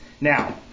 now